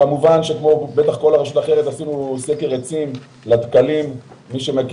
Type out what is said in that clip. כמובן מיפוי אוכלוסייה בעלת צרכים מיוחדים וכמובן ביצוע תיאומים